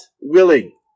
willing